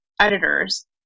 editors